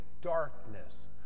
darkness